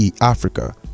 Africa